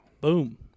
Boom